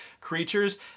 creatures